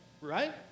Right